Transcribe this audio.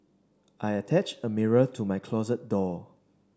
I attached a mirror to my closet door